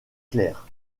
clair